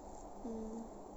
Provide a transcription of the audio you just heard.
mmhmm